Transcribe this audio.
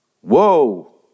Whoa